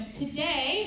today